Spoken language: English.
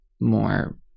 more